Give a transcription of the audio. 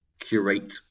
curate